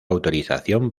autorización